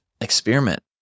experiment